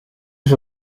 dus